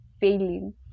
failing